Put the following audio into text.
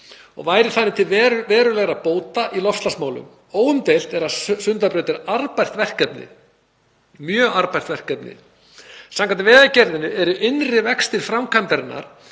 og væri þannig til verulegra bóta í loftslagsmálum. Óumdeilt er að Sundabraut er mjög arðbært verkefni. Samkvæmt Vegagerðinni eru innri vextir framkvæmdarinnar